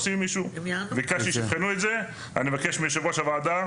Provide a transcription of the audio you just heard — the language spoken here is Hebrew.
אני מבקש מיו"ר הוועדה,